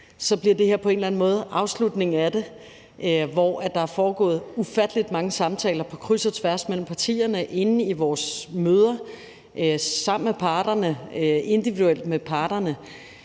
så bliver det her på en eller anden måde afslutningen af dem. Der er foregået ufattelig mange samtaler på kryds og tværs mellem partierne under vores møder og individuelt mellem parterne,